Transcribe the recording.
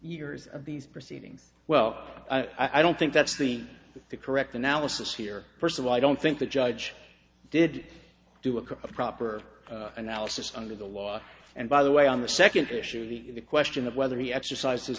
years of these proceedings well i don't think that's the correct analysis here first of all i don't think the judge did do a proper analysis under the law and by the way on the second issue the question of whether he exercise